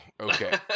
okay